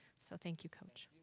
so, thank you coach